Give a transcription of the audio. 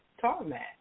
tarmac